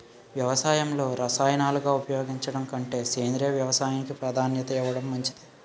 వ్యవసాయంలో రసాయనాలను ఉపయోగించడం కంటే సేంద్రియ వ్యవసాయానికి ప్రాధాన్యత ఇవ్వడం మంచిది